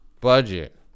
Budget